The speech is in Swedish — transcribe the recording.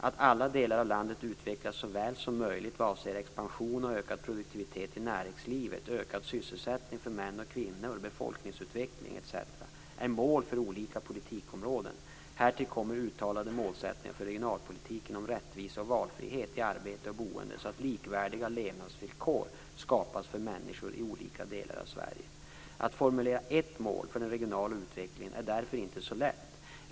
Att alla delar av landet utvecklas så väl som möjligt vad avser t.ex. expansion och ökad produktivitet i näringslivet, ökad sysselsättning för män och kvinnor, befolkningsutveckling etc. är mål för olika politikområden. Härtill kommer uttalade målsättningar för regionalpolitiken om rättvisa och valfrihet i arbete och boende så att likvärdiga levnadsvillkor skapas för människor i olika delar av Att formulera ett mål för den regionala utvecklingen är därför inte så lätt.